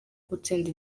gutsinda